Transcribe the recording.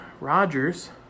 Rogers